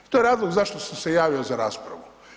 I to je razlog zašto sam se javio za raspravu.